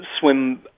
swim